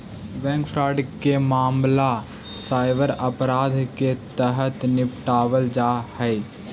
bank fraud के मामला cyber अपराध के तहत निपटावल जा हइ